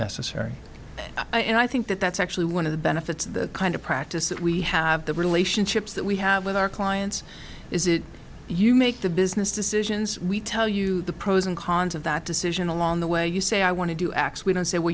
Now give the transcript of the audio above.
necessary and i think that that actually one of the benefits of the kind of practice that we have the relationships that we have with our clients is it you make the business decisions we tell you the pros and cons of that decision along the way you say i want to do x we don't say well